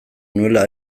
nuela